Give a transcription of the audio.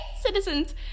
Citizens